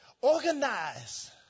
organize